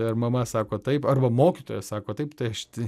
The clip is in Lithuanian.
ar mama sako taip arba mokytojas sako taip tai aš tai